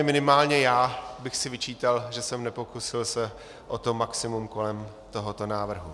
Minimálně já bych si vyčítal, že jsem se nepokusil o to maximum kolem tohoto návrhu.